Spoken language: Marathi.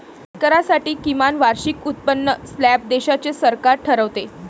आयकरासाठी किमान वार्षिक उत्पन्न स्लॅब देशाचे सरकार ठरवते